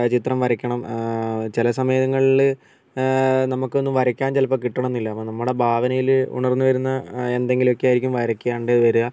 ചിത്രം വരക്കണം ചില സമയങ്ങളിൽ നമുക്കൊന്ന് വരക്കാൻ ചിലപ്പോൾ കിട്ടണംന്നില്ല അപ്പം നമ്മുടെ ഭാവനേൽ ഉണർന്ന് വരുന്ന എന്തെങ്കിലുമൊക്കെയായിരിക്കും വരക്കേണ്ടി വരുക